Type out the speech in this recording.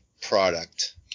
product